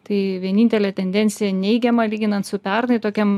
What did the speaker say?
tai vienintelė tendencija neigiama lyginant su pernai tokiam